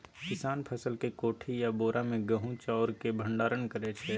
किसान फसल केँ कोठी या बोरा मे गहुम चाउर केँ भंडारण करै छै